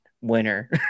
winner